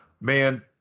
Man